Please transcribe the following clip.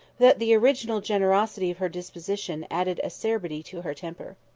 that the original generosity of her disposition added acerbity to her temper.